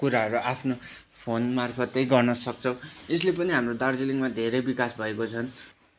कुराहरू आफ्नो फोन मार्फतै गर्नसक्छौँ यसले पनि हाम्रो दार्जिलिङमा धेरै विकास भएको छन्